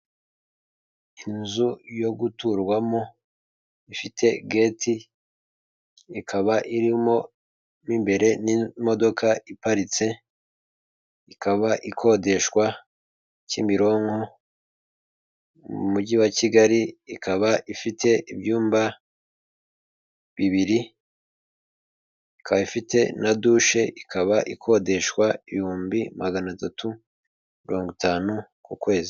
Inzu yo guturwamo ifite gate ikaba iri mo imbere n'imodoka iparitse ikaba ikodeshwa Kimironko mu mujyi wa Kigali, ikaba ifite ibyumba bibiri, ikaba ifite na dushe, ikaba ikodeshwa ibihumbi magana atatu mirongo itanu ku kwezi.